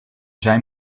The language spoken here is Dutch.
zijn